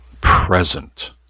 present